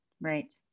right